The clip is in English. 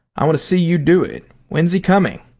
i want to see you do it. when's he coming?